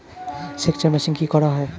সেকচার মেশিন কি করা হয়?